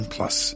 Plus